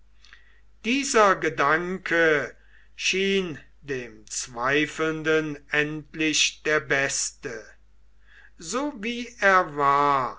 dieser gedanke schien dem zweifelnden endlich der beste so wie er war